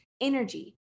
energy